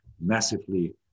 massively